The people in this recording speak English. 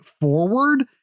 forward